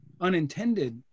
unintended